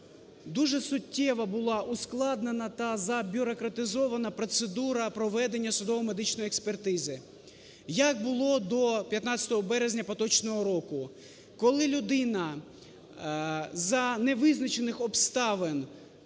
дуже суттєво була ускладнена та забюрократизована процедура проведення судово-медичної експертизи, як було до 15 березня поточного року, коли людина за невизначених обставин,